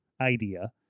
idea